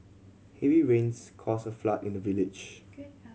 heavy rains caused a flood in the village